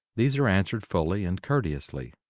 these are answered fully and courteously.